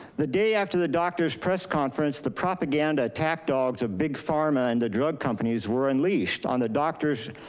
the day after the doctor's press conference, the propaganda attack dogs of big pharma and the drug companies were unleashed on the doctors.